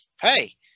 hey